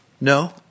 no